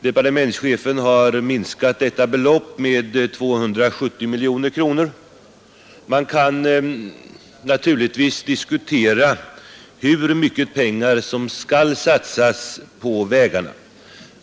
Departementschefen har minskat detta belopp med 270 miljoner kronor. Man kan naturligtvis diskutera hur mycket pengar som skall satsas på vägarna.